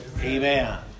Amen